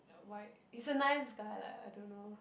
why is a nice guy lah I don't know